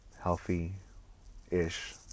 healthy-ish